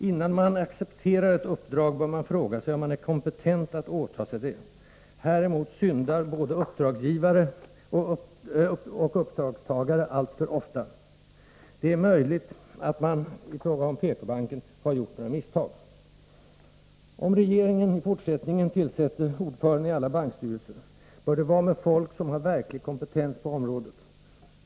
Innan någon accepterar ett uppdrag bör frågan ställas om vederbörande är kompetent att åta sig det. Häremot syndar både uppdragsgivare och uppdragstagare alltför ofta. Det är möjligt att man i fråga om PK-bankens styrelse har gjort några misstag. Om regeringen i fortsättningen tänker tillsätta ordförandeposterna i alla bankstyrelser bör det vara med folk som har verklig kompetens på området.